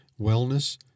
wellness